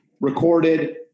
recorded